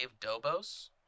Dobos